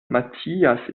matthias